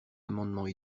amendements